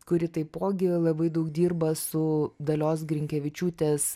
kuri taipogi labai daug dirba su dalios grinkevičiūtės